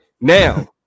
now